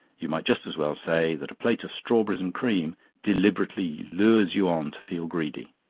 you might just as well say that a plate of strawberries and cream deliberately lures you on to feel greedy.